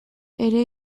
ere